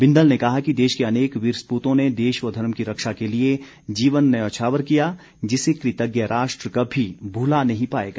बिंदल ने कहा कि देश के अनेक वीर सपूतों ने देश व धर्म की रक्षा के लिए जीवन न्योछावर किया जिसे कृतज्ञ राष्ट्र कभी भुला नहीं पाएगा